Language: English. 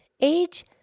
Age